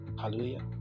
Hallelujah